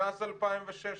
מאז 2016,